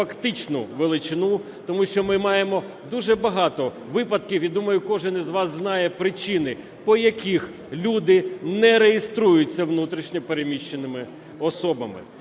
фактичну величину, тому що ми маємо дуже багато випадків, і, думаю, кожен із вас знає причини, по яких люди не реєструються внутрішньо переміщеними особами.